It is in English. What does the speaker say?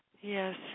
yes